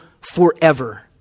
forever